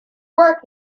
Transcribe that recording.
work